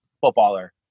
footballer